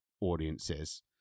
audiences